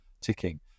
ticking